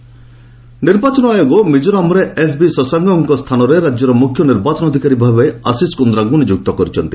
Mizoram EC ନିର୍ବାଚନ ଆୟୋଗ ମିକୋରାମରେ ଏସ୍ବି ଶଶାଙ୍କଙ୍କ ସ୍ଥାନରେ ରାଜ୍ୟର ମୁଖ୍ୟ ନିର୍ବାଚନ ଅଧିକାରୀ ଭାବେ ଆଶିଷ କୁନ୍ଦ୍ରାଙ୍କୁ ନିଯୁକ୍ତ କରିଛନ୍ତି